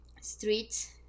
streets